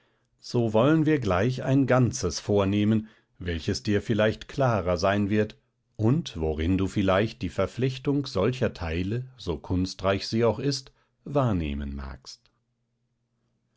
so wollen wir gleich ein ganzes vornehmen welches dir vielleicht klarer sein wird und worin du vielleicht die verflechtung solcher teile so kunstreich sie auch ist wahrnehmen magst